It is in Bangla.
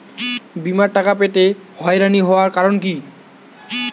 বিমার টাকা পেতে হয়রানি হওয়ার কারণ কি?